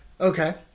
Okay